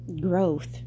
growth